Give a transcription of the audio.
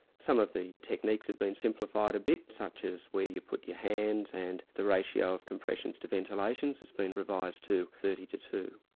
some of the techniques have been simplified a bit, such as where you put your hands and the ratio of compressions to ventilations has been revised to thirty to two.